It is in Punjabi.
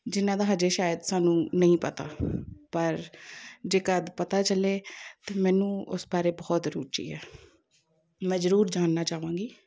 ਜਿਨ੍ਹਾਂ ਦਾ ਹਜੇ ਸ਼ਾਇਦ ਸਾਨੂੰ ਨਹੀਂ ਪਤਾ ਪਰ ਜੇਕਰ ਪਤਾ ਚੱਲੇ ਤਾਂ ਮੈਨੂੰ ਉਸ ਬਾਰੇ ਬਹੁਤ ਰੂਚੀ ਹੈ ਮੈਂ ਜ਼ਰੂਰ ਜਾਨਣਾ ਚਾਹਵਾਂਗੀ